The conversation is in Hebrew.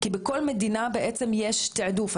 כי בכל מדינה בעצם יש תעדוף.